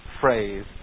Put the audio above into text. phrase